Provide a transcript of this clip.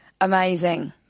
Amazing